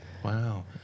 Wow